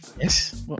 yes